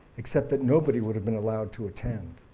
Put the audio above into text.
except that nobody would have been allowed to attend.